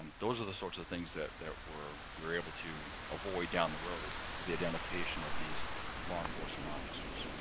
those are the sorts of things that that we're we're able to avoid down the road with the identification of these law enforcement officers.